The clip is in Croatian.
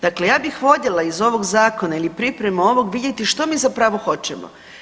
Dakle, ja bih voljela iz ovog zakona ili pripreme ovog vidjeti što mi zapravo hoćemo.